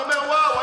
אני אומר: וואו.